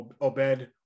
Obed